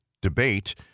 debate